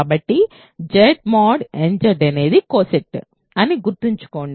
కాబట్టి Z mod nZ అనేది coset అని గుర్తుంచుకోండి